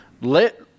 Let